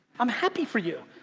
i'm happy for you.